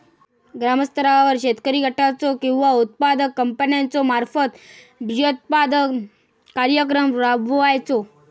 ग्रामस्तरावर शेतकरी गटाचो किंवा उत्पादक कंपन्याचो मार्फत बिजोत्पादन कार्यक्रम राबायचो?